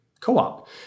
co-op